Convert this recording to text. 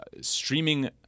streaming